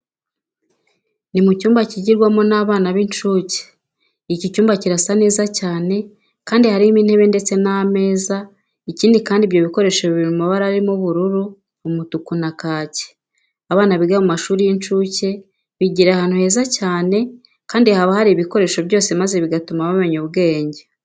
Ni mu cyumba kigirwamo n'abana b'incuke, iki cyumba kirasa neza cyane kandi harimo intebe ndetse n'ameza. Ikindi kandi, ibyo bikoresho biri mu mabara arimo ubururu, umutuku na kake. Abana biga mu mashuri y'incuke bigira ahantu heza cyane kandi haba hari ibikoresho byose maze bigatuma bamenya ubwenge.